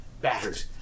battered